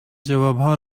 جوابها